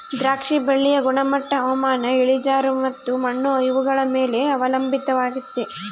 ದ್ರಾಕ್ಷಿ ಬಳ್ಳಿಯ ಗುಣಮಟ್ಟ ಹವಾಮಾನ, ಇಳಿಜಾರು ಮತ್ತು ಮಣ್ಣು ಇವುಗಳ ಮೇಲೆ ಅವಲಂಬಿತವಾಗೆತೆ